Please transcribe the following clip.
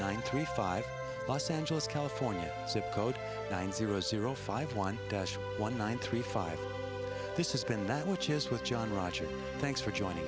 ninety three five plus angeles california zip code nine zero zero five one one one three five this has been that much as was john rogers thanks for joining